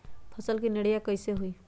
फसल के निराया की होइ छई?